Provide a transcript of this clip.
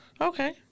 Okay